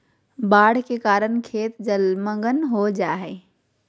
बाढ़ के कारण खेत जलमग्न हो जा हइ